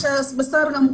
בסדר.